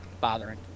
bothering